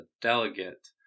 delegate